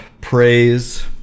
praise